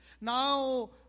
Now